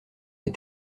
les